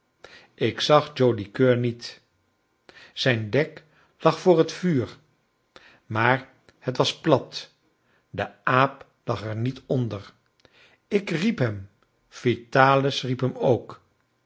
ik zag joli coeur niet zijn dek lag voor het vuur maar het was plat de aap lag er niet onder ik riep hem vitalis riep hem ook